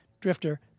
drifter